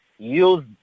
use